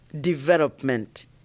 development